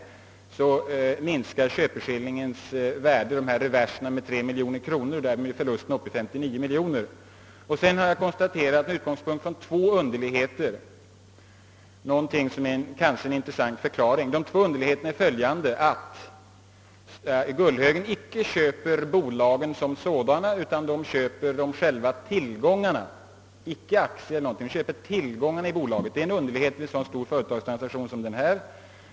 Reversernas och därmed köpeskillingens värde minskar alltså med 3 miljoner kronor och därmed är förlusten uppe i 59 miljoner kronor. heter har jag konstaterat någonting som kan vara en intressant förklaring. Den ena underligheten är att Gullhögen icke köper bolagen som sådana, alltså aktierna, utan själva tillgångarna i bolagen — det är en underlighet vid en så stor företagstransaktion som denna.